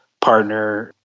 partner